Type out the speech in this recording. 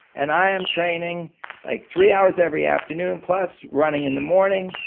and i am training like three hours every afternoon, plus running in the morning,